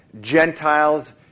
Gentiles